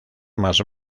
más